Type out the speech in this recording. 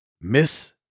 Miss